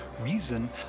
reason